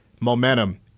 momentum